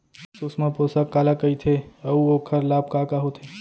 सुषमा पोसक काला कइथे अऊ ओखर लाभ का का होथे?